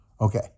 Okay